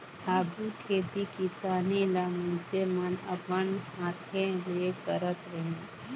आघु खेती किसानी ल मइनसे मन अपन हांथे ले करत रहिन